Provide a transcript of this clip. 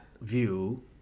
view